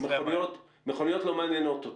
מכוניות לא מעניינות אותו.